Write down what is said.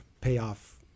payoff